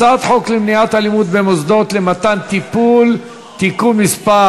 הצעת חוק למניעת אלימות במוסדות למתן טיפול (תיקון מס'